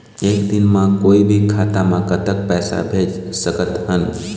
एक दिन म कोई भी खाता मा कतक पैसा भेज सकत हन?